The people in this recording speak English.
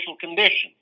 conditions